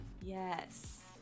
Yes